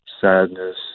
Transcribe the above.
sadness